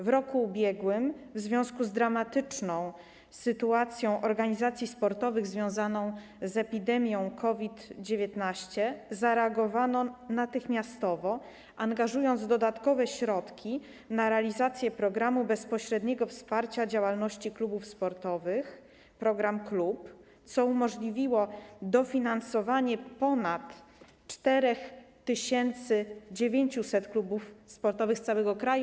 W roku ubiegłym w związku z dramatyczną sytuacją organizacji sportowych związaną z epidemią COVID-19 zareagowano natychmiastowo, angażując dodatkowe środki na realizację programu bezpośredniego wsparcia działalności klubów sportowych, programu „Klub”, co umożliwiło dofinansowanie ponad 4900 klubów sportowych z całego kraju.